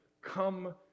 come